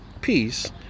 peace